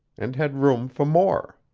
and had room for more.